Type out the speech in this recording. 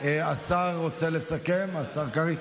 נא לסיים.